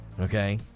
okay